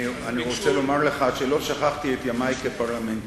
אני רוצה לומר לך שלא שכחתי את ימי כפרלמנטר,